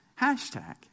hashtag